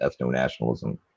ethno-nationalism